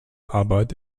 arbeit